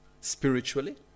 Spiritually